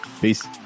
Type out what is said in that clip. Peace